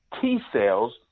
T-cells